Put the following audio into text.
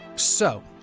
so,